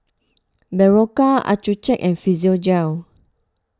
Berocca Accucheck and Physiogel